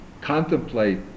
contemplate